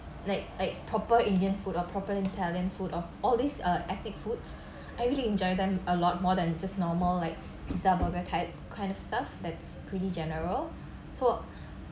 like like proper indian food or proper italian food of all these uh ethnic foods I really enjoy them a lot more than just normal like pizza burger type kind of stuff that's pretty general so